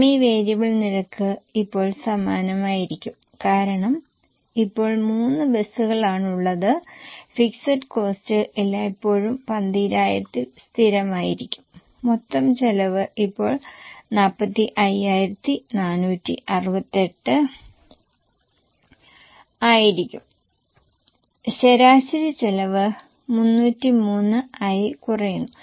semi variable നിരക്ക് ഇപ്പോൾ സമാനമായിരിക്കും കാരണം ഇപ്പോൾ മൂന്ന് ബസുകളാണുള്ളത് ഫിക്സഡ് കോസ്ററ് എല്ലായ്പ്പോഴും 12000 ൽ സ്ഥിരമായിരിക്കും മൊത്തം ചെലവ് ഇപ്പോൾ 45468 ആയിരിക്കും ശരാശരി ചെലവ് 303 ആയി കുറയുന്നു